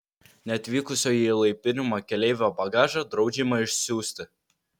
neatvykusio į įlaipinimą keleivio bagažą draudžiama išsiųsti